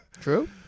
True